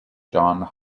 johns